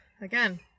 again